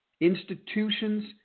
Institutions